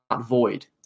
void